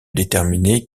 déterminer